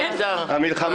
והינה,